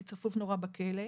כי צפוף נורא בבית הסוהר.